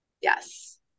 Yes